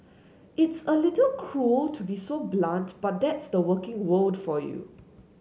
it's a little cruel to be so blunt but that's the working world for you